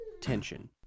tension